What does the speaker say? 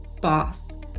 boss